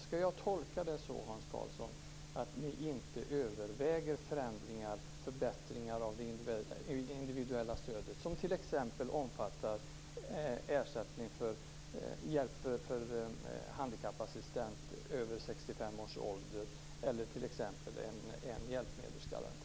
Skall jag tolka det så, Hans Karlsson, att ni inte överväger förändringar och förbättringar av det individuella stödet som t.ex. omfattar ersättning för handikappassistent vid över 65 års ålder eller t.ex. en hjälpmedelsgaranti?